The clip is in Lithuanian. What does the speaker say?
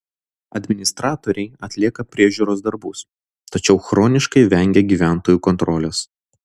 administratoriai atlieka priežiūros darbus tačiau chroniškai vengia gyventojų kontrolės